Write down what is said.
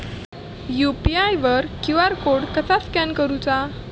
UPI वर QR code कसा scan करूचा?